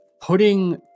putting